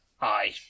Aye